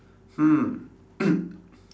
hmm